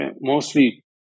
mostly